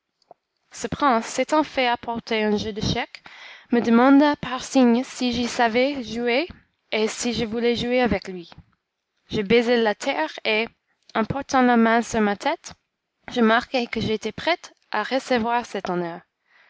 ce prince s'étant fait apporter un jeu d'échecs me demanda par signe si j'y savais jouer et si je voulais jouer avec lui je baisai la terre et en portant la main sur ma tête je marquai que j'étais prêt à recevoir cet honneur